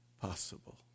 possible